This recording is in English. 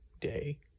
day